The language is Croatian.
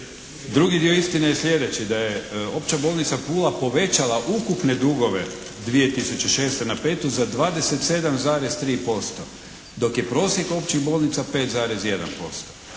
Drugi dio istine je sljedeći, da je Opća bolnica Pula povećala ukupne dugove 2006./2005. za 27,3% dok je prosjek općih bolnica 5,1%.